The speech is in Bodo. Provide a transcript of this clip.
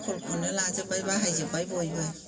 खलखौनो लाजोब्बाय बाहायजोब्बाय बयबो